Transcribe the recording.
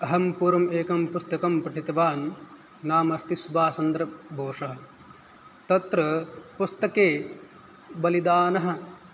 अहं पूर्वमेकं पुस्तकं पठितवान् नाम अस्ति सुभाषचन्द्रबोशः तत्र पुस्तके बलिदानः